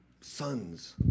Sons